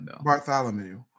Bartholomew